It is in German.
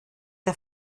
der